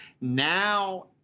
now